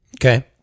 Okay